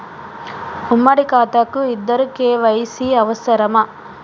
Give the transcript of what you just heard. ఉమ్మడి ఖాతా కు ఇద్దరు కే.వై.సీ అవసరమా?